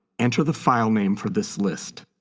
enter the file name for this list.